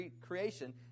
creation